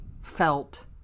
Felt